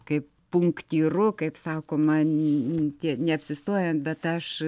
kaip punktyru kaip sako man tie neapsistojom bet aš